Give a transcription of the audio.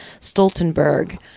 Stoltenberg